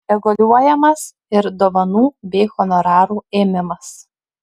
reguliuojamas ir dovanų bei honorarų ėmimas